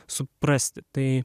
suprasti tai